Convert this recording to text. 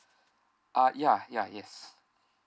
uh ya ya yes